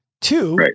two